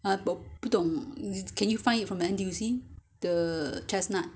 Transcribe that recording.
我不懂 can you find from N_T_U_C the chestnut